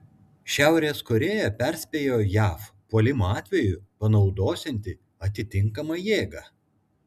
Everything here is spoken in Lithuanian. šiaurės korėja perspėjo jav puolimo atveju panaudosianti atitinkamą jėgą